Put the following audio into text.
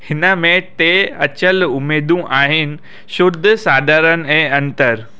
हिन में टे अचल उमेदूं आहिनि शुद्ध साधारण ऐं अंतर